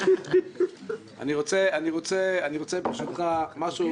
אני רוצה,